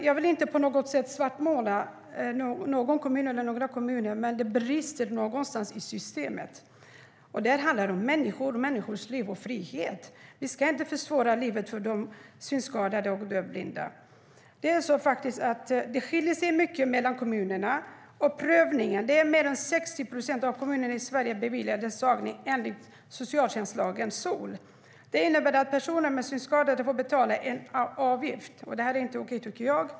Jag vill inte på något sätt svartmåla någon eller några kommuner, men det brister någonstans i systemet. Det handlar om människor och människors liv och frihet. Vi ska inte försvåra livet för de synskadade och dövblinda. Det skiljer sig mycket mellan kommunerna när det gäller prövningen. Mer än 60 procent av kommunerna i Sverige beviljar ledsagning enligt socialtjänstlagen, SoL. Det innebär att personer med synskada får betala en avgift. Det är inte okej, tycker jag.